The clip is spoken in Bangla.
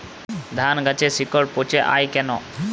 ধানগাছের শিকড় পচে য়ায় কেন?